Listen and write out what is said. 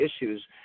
issues